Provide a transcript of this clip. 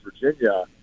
Virginia